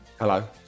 Hello